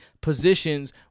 positions